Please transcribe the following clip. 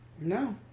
No